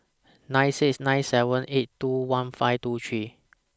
nine six nine seven eight two one five two three